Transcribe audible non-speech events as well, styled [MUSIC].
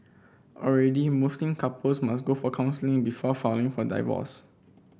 already Muslim couples must go for counselling before [UNINTELLIGIBLE] for divorce